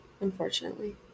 unfortunately